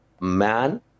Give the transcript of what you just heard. man